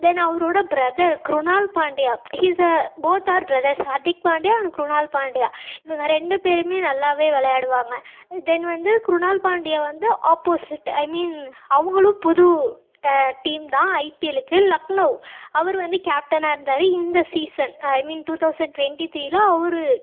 தென் அவரோடய brother Krunal Pandya he is a both are brothers Hardik Pandya and Krunal Pandya இவங்க ரெண்டு பேரும் நல்லாவே விளையாடுவாங்க தென் வந்து க்ருணால் பாண்டியா வந்து ஆப்போசிட் ஐ மீன் அவர்களும் புது டீம் தான் ஐபிஎல்லுக்கு லக்னோவ் அவர் வந்து கேப்டனாக இருந்தார் இந்த season I mean two thousand twenty த்ரீயில் அவர்